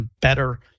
better